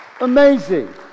amazing